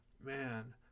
man